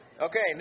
Okay